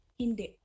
hindi